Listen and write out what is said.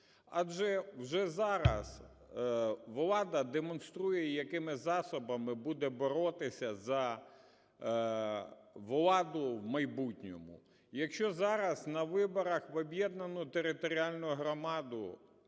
Адже вже зараз влада демонструє, якими засобами буде боротися за владу в майбутньому. Якщо зараз на виборах в об'єднану територіальну громаду